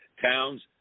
Towns